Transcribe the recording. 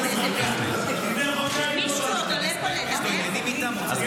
--- לפני חודשיים לא --- גב' בראשי,